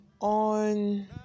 on